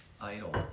idol